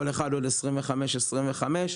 כל אחד עוד 25 אלף שקל.